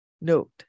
Note